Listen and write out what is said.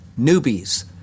newbies